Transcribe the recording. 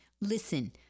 listen